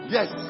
Yes